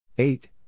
Eight